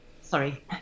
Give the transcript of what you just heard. sorry